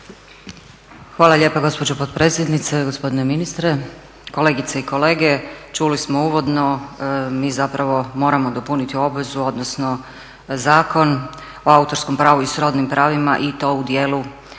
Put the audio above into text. Hvala lijepo gospođo potpredsjednice. Gospodine ministre, kolegice i kolege. Čuli smo uvodno mi zapravo moramo dopuniti obvezu odnosno Zakon o autorskom pravu i srodnim pravima i to u dijelu